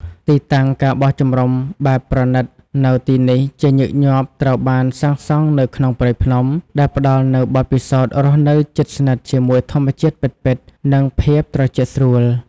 ទីតាំង ការបោះជំរំបែបប្រណីត នៅទីនេះជាញឹកញាប់ត្រូវបានសាងសង់នៅក្នុងព្រៃភ្នំ ដែលផ្តល់នូវបទពិសោធន៍រស់នៅជិតស្និទ្ធជាមួយធម្មជាតិពិតៗ និងភាពត្រជាក់ស្រួល។